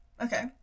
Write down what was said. Okay